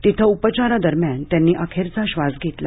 तिथे उपचारादरम्यान त्यांनी अखेरचा श्वास घेतला